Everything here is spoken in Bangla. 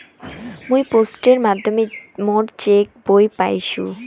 মুই পোস্টের মাধ্যমে মোর চেক বই পাইসু